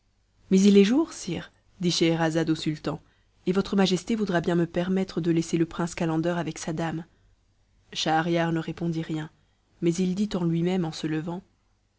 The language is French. mais il est jour sire dit scheherazade au sultan et votre majesté voudra bien me permettre de laisser le prince calender avec sa dame schahriar ne répondit rien mais il dit en lui-même en se levant